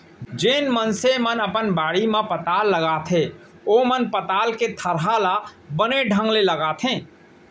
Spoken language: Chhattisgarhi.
जेन मनसे मन अपन बाड़ी म पताल लगाथें ओमन पताल के थरहा ल बने ढंग ले लगाथें